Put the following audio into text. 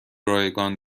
رایگان